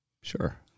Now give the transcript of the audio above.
sure